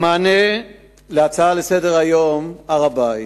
במענה להצעה לסדר-היום בנושא הר-הבית,